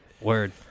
Word